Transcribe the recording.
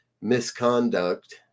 misconduct